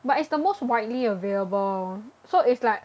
but it's the most widely available so it's like